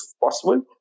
possible